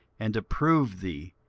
and to prove thee,